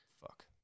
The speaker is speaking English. Fuck